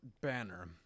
banner